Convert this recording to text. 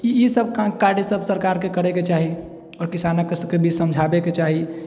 ई सब कार्य सब सरकारके करैके चाही आओर किसानके भी समझाबैके चाही